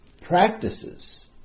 practices